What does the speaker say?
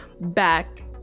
back